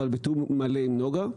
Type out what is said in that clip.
אבל בתיאום מלא עם נגה.